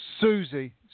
Susie